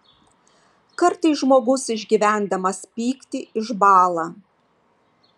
kartais žmogus išgyvendamas pyktį išbąla